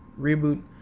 Reboot